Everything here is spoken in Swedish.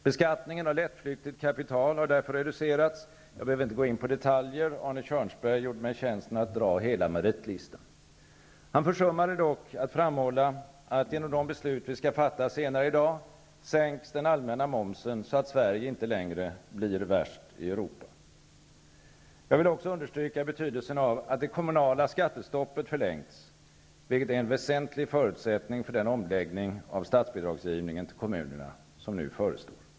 Beskattningen av lättflyktigt kapital har därför reducerats; jag behöver inte gå in på detaljer -- Arne Kjörnsberg gjorde mig tjänsten att dra hela meritlistan. Han försummade dock att framhålla att genom de beslut som vi skall fatta senare i dag sänks den allmänna momsen, så att Sverige inte längre blir värst i Europa. Jag vill också understryka betydelsen av att det kommunala skattestoppet förlängs, vilket är en väsentlig förutsättning för den omläggning av statsbidragsgivningen till kommunerna som nu förestår.